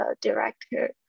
director